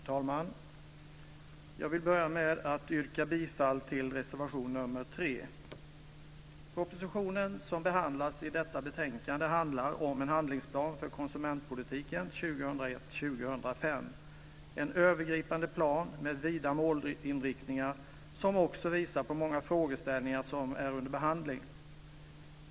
Fru talman! Jag vill börja med att yrka bifall till reservation nr 3. Propositionen som behandlas i detta betänkande handlar om en handlingsplan för konsumentpolitiken 2001-2005, en övergripande plan med vida målinriktningar som också visar på många frågeställningar som är under behandling.